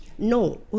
No